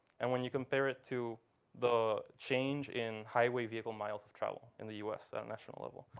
and when you compare it to the change in highway vehicle miles of travel in the us at national level.